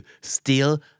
steal